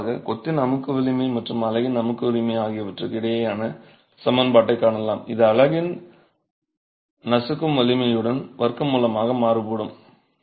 இது பொதுவாக கொத்தின் அமுக்கு வலிமை மற்றும் அலகின் அமுக்கு வலிமை ஆகியவற்றுக்கு இடையேயான சமன்பாட்டை காணலாம் இது அலகின் நசுக்கும் வலிமையின் வர்க்க மூலமாக மாறுபடும்